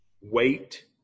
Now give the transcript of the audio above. wait